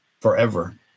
forever